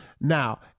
Now